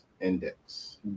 index